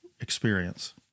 experience